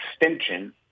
extension